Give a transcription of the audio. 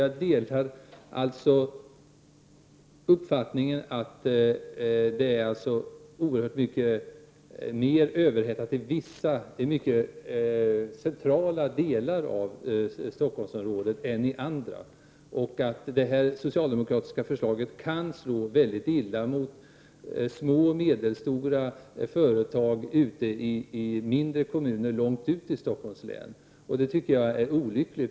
Jag delar alltså hennes uppfattning om att vissa centrala delar av Stockholmsområdet är mer överhettade än andra delar och att detta socialdemokratiska förslag kan slå mycket hårt mot små och medelstora företag ute i mindre kommuner långt ut i Stockholm län. Det är olyckligt.